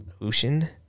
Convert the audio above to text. Ocean